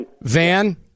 Van